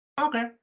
Okay